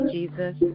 Jesus